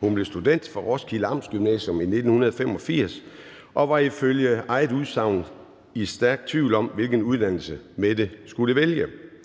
Hun blev student fra Roskilde Amtsgymnasium i 1985 og var ifølge eget udsagn stærkt i tvivl om, hvilken uddannelse hun skulle vælge.